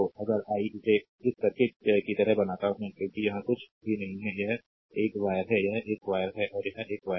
अगर आई इसे इस सर्किट की तरह बनाता हूं क्योंकि यहां कुछ भी नहीं है यह एक वायर है यह एक वायर है और यह एक वायर है